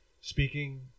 speaking